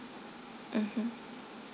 mmhmm